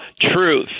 truth